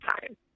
time